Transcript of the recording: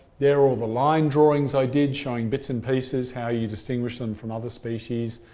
they're all the line drawings i did showing bits and pieces how you distinguish them from other species.